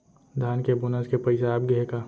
धान के बोनस के पइसा आप गे हे का?